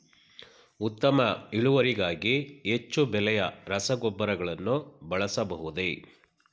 ಉತ್ತಮ ಇಳುವರಿಗಾಗಿ ಹೆಚ್ಚು ಬೆಲೆಯ ರಸಗೊಬ್ಬರಗಳನ್ನು ಬಳಸಬಹುದೇ?